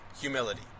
Humility